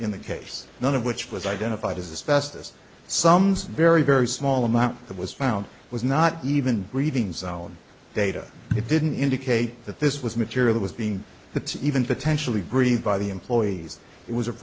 in the case none of which was identified as fast as some very very small amount that was found was not even breathing zone data it didn't indicate that this was material was being the t even potentially breathed by the employees it was